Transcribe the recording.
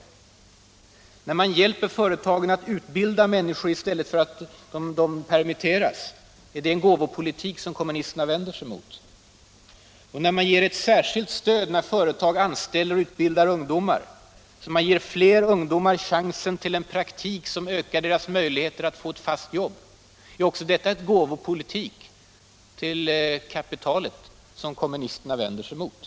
Nr 47 När man hjälper företagen att utbilda människor i stället för att de permitteras — är det en gåvopolitik som kommunisterna vänder sig emot? Och när man ger ett särskilt stöd när företag anställer och utbildar ungdomar, så att man ger fler ungdomar chansen till en praktik som ökar Samordnad deras möjligheter att få ett fast jobb, är det också en ”gåvopolitik” gentemot = sysselsättnings och kapitalet, som kommunisterna vänder sig emot?